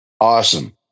Awesome